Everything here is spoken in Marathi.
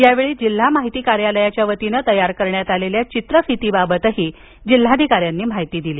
यावेळी जिल्हा माहिती कार्यालयाच्या वतीने तयार करण्यात आलेल्या चित्रफिती बाबतही जिल्हाधिकाऱ्यांनी माहिती दिली